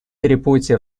перепутье